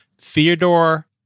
Theodore